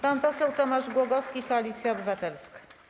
Pan poseł Tomasz Głogowski, Koalicja Obywatelska.